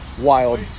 wild